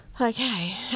Okay